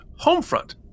homefront